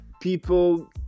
people